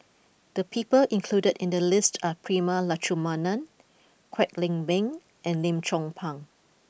the people included in the list are Prema Letchumanan Kwek Leng Beng and Lim Chong Pang